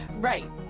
Right